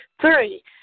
Three